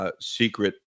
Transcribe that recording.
secret